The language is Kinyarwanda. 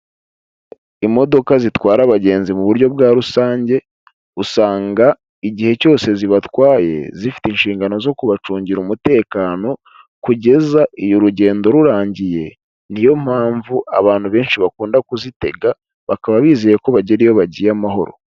Imodoka zitwara abagenzi mu buryo bwa rusange, usanga igihe cyose zibatwaye zifite inshingano zo kubacungira umutekano kugeza iyo urugendo rurangiye. Niyo mpamvu abantu benshi bakunda kuzitega, bakaba bizeye ko bagera iyo bagiye amahoro.